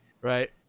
Right